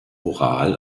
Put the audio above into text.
oral